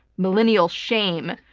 millennial shame.